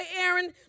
Aaron